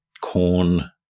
corn